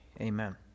Amen